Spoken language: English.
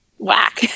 Whack